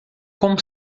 como